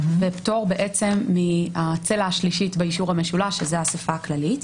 ופטור מהצלע השלישית באישור המשולש שזו האסיפה הכללית.